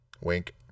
Wink